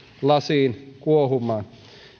lasiin kuohumaan